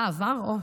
אה, עבר?